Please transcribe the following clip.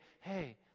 hey